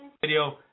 Video